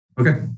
Okay